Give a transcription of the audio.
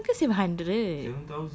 seven thousand ke seven hundred